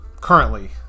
currently